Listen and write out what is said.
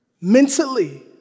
mentally